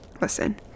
Listen